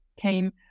came